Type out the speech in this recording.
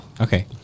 Okay